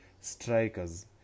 strikers